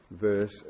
verse